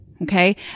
Okay